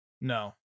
No